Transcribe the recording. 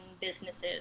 businesses